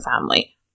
family